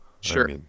Sure